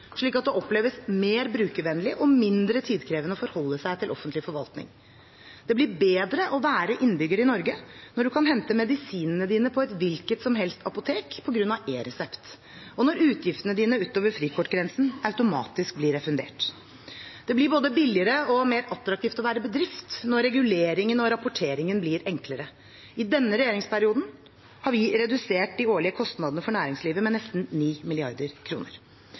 slik at det oppleves mer brukervennlig og mindre tidkrevende å forholde seg til offentlig forvaltning. Det blir bedre å være innbygger i Norge når man kan hente medisinene sine på et hvilket som helst apotek på grunn av e-resept, og når utgiftene utover frikortgrensen automatisk blir refundert. Det blir både billigere og mer attraktivt å være bedrift når reguleringen og rapporteringen blir enklere. I denne regjeringsperioden har vi redusert de årlige kostnadene for næringslivet med nesten